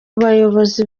bayobozi